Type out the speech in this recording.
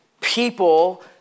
people